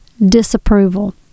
disapproval